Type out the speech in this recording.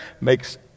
makes